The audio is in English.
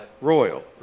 royal